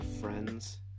friends